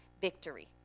victory